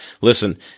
listen